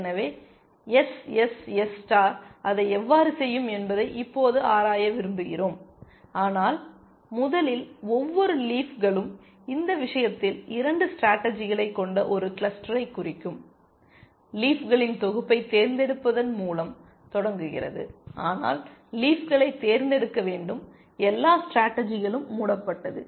எனவே SSS star அதை எவ்வாறு செய்யும் என்பதை இப்போது ஆராய விரும்புகிறோம் ஆனால் முதலில் ஒவ்வொரு லீஃப்களும் இந்த விஷயத்தில் 2 ஸ்டேடர்ஜிகளைக் கொண்ட ஒரு கிளஸ்டரைக் குறிக்கும் லீஃப் களின் தொகுப்பைத் தேர்ந்தெடுப்பதன் மூலம் தொடங்குகிறது ஆனால் லீப்களை தேர்ந்தெடுக்க வேண்டும் எல்லா ஸ்டேடர்ஜிகளும் மூடப்பட்டது